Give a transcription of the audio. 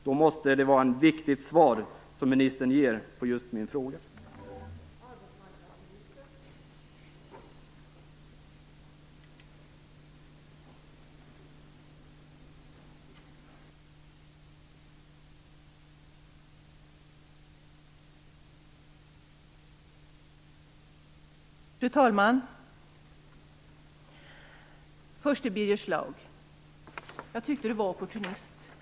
Därför är ministerns svar på min fråga viktigt.